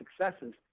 successes